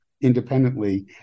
independently